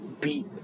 beat